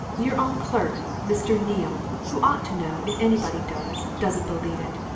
your own clerk, mr. neale, who ought to know, if anybody does, doesn't believe it!